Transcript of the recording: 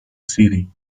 city